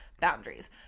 boundaries